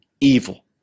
evil